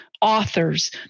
authors